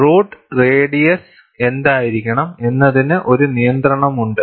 root radius എന്തായിരിക്കണം എന്നതിന് ഒരു നിയന്ത്രണമുണ്ട്